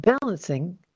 balancing